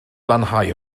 lanhau